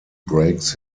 breaks